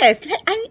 I